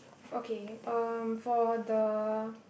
okay um for the